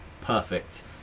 perfect